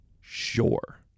sure